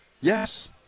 yes